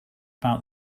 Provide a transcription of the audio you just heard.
about